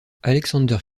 alexander